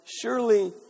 surely